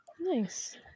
Nice